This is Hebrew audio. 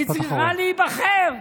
היא צריכה להיבחר.